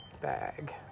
Bag